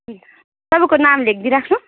तपाईँको नाम लेखिदिइ राख्नु